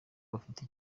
bafite